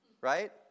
right